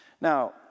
Now